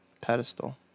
pedestal